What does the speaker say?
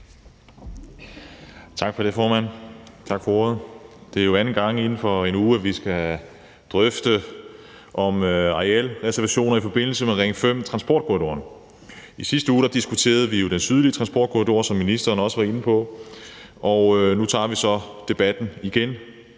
Tak for ordet, formand. Det er jo anden gang inden for en uge, at vi skal drøfte arealreservationerne i forbindelse med Ring 5-transportkorridoren. I sidste uge diskuterede vi jo den sydlige transportkorridor, som ministeren også var inde på, og nu tager vi så debatten igen,